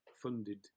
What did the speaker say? funded